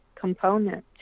component